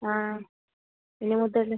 ആ ഇനി മുതൽ